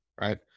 right